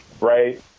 right